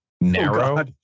narrow